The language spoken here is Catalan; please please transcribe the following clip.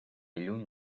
lluny